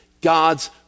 God's